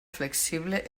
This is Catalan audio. flexible